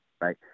Right